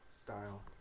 style